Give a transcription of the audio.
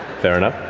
fair enough.